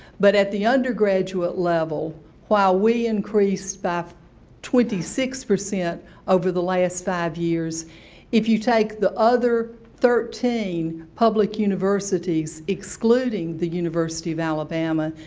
but at the undergraduate level while we increased by twenty six percent over the last five years if you take the other thirteen public universities excluding the university of alabama,